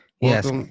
Yes